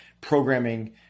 programming